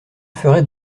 ferait